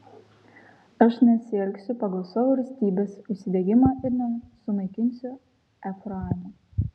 aš nesielgsiu pagal savo rūstybės užsidegimą ir nesunaikinsiu efraimo